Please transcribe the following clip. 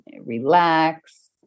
relax